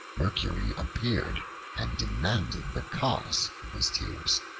mercury appeared and demanded the cause of his tears.